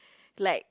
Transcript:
like